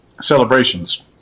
celebrations